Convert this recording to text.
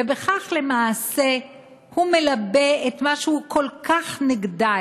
ובכך למעשה הוא מלבה את מה שהוא כל כך נגדו,